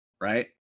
Right